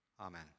amen